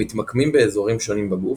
המתמקמים באזורים שונים בגוף,